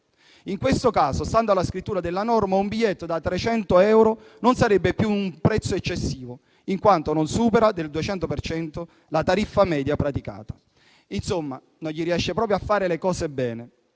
In questo caso, stando alla scrittura della norma, un biglietto da 300 euro non sarebbe più un prezzo eccessivo, in quanto non supera del 200 per cento la tariffa media praticata. Insomma non gli riesce proprio di fare le cose bene.